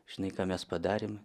žinai ką mes padarėme